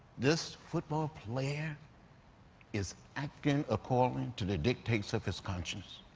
this football player is acting according to the dictates of his conscience.